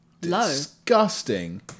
disgusting